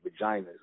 vaginas